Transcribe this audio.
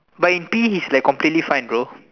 but in P_E he's like completely fine bro